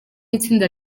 itsinda